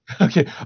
okay